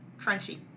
Crunchy